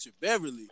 Beverly